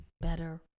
better